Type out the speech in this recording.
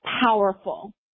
powerful